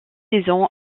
saison